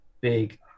big